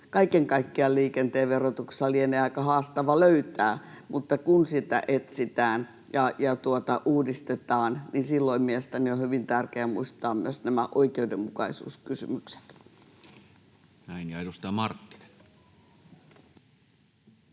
kaiken kaikkiaan liikenteen verotuksessa lienee aika haastavaa löytää, mutta kun sitä etsitään ja uudistetaan, niin silloin mielestäni on hyvin tärkeää muistaa myös nämä oikeudenmukaisuuskysymykset. Näin. — Ja edustaja Marttinen.